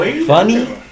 funny